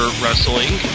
wrestling